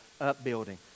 upbuilding